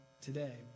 today